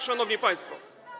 Szanowni Państwo!